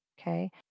Okay